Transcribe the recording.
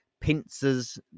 pincers